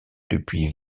depuis